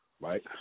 right